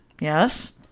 Yes